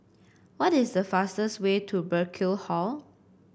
what is the fastest way to Burkill Hall